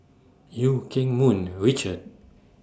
EU Keng Mun Richard